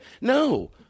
No